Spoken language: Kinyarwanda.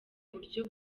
buryo